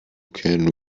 can